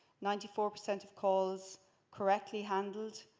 ninety four percent of calls correctly handled.